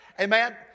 Amen